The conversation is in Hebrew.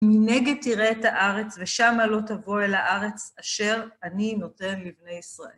מנגד תראה את הארץ, ושמה לא תבוא אל הארץ אשר אני נותן לבני ישראל.